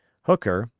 hooker,